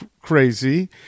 crazy